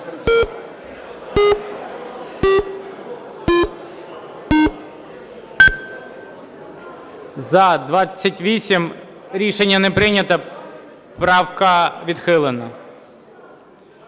За-28 Рішення не прийнято. Правку відхилено.